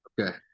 Okay